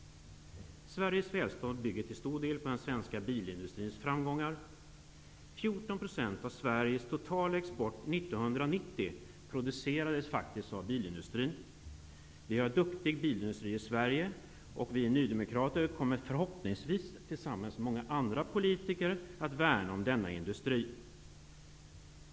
Sveriges välstånd bygger till stor del på den svenska bilindustrins framgångar. 14 % av Sveriges totala export 1990 producerades av bilindustrin. Vi har en duktig bilindustri i Sverige, och vi nydemokrater kommer, förhoppningsvis tillsammans med många andra politiker, att värna om denna industri.